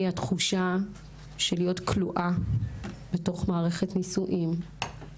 התחושה של להיות כלואה בתוך מערכת נישואים,